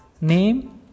name